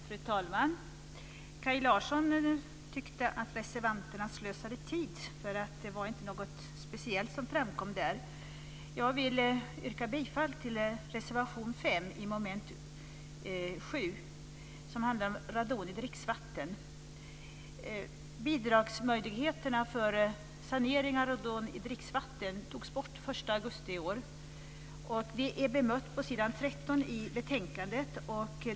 Fru talman! Kaj Larsson tyckte att reservanterna hade slösat med sin tid, eftersom det inte hade framkommit något speciellt från dem. Jag yrkar bifall till reservation 5 under mom. 7, som handlar om radon i dricksvatten. Bidragsmöjligheterna för sanering av radon i dricksvatten togs bort den 1 augusti i år. Yrkandet behandlas på s. 13 i betänkandet.